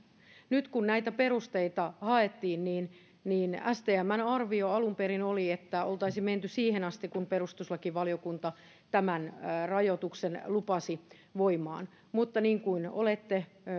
nyt kun näitä perusteita haettiin niin niin stmn arvio alun perin oli että oltaisiin menty siihen asti kun perustuslakivaliokunta tämän rajoituksen lupasi voimaan mutta niin kuin olette